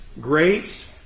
great